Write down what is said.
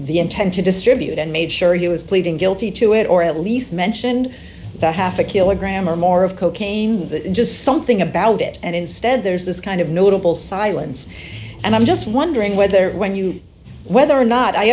the intent to distribute and made sure he was pleading guilty to it or at least mentioned that half a kilogram or more of cocaine the just something about it and instead there's this kind of notable silence and i'm just wondering whether when you whether or not i